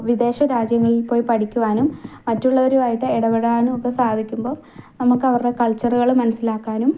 വിദേശ രാജ്യങ്ങളിൽ പോയി പഠിക്കുവാനും മറ്റുള്ളവരുവായിട്ട് ഇടപെടാനുമൊക്കെ സാധിക്കുമ്പം നമുക്ക് അവരുടെ കൾച്ചറുകൾ മനസിലാക്കാനും